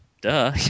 duh